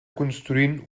construint